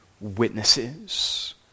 witnesses